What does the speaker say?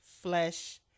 flesh